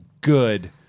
good